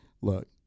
look